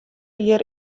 hjir